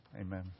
Amen